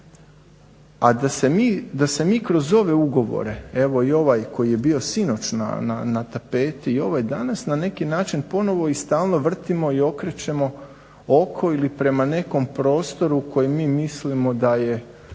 A da se mi kroz ove ugovore, evo i ovaj koji je bio sinoć na tapeti i ovaj danas na neki način ponovo i stalno vrtimo i okrećemo oko ili prema nekom prostoru koji mi mislimo da je